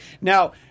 Now